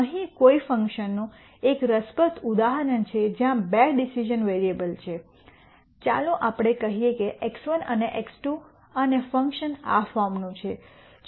અહીં કોઈ ફંક્શનનું એક રસપ્રદ ઉદાહરણ છે જ્યાં બે ડિસિઝન વેરીએબલ્સ છે ચાલો આપણે કહીએ કે x1 અને x2 અને ફંકશન આ ફોર્મનું છે